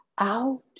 Out